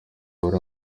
bari